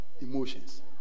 emotions